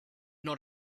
not